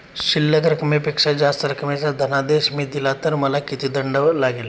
शिल्लक रकमेपेक्षा जास्त रकमेचा धनादेश मी दिला तर मला किती दंड लागेल?